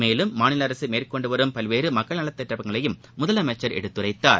மேலும் மாநிலஅரசுமேற்கொன்டுவரும் பல்வேறுமக்கள் நலத்திட்டப் பணிகளையும் முதலமைச்சர் எடுத்துரைத்தார்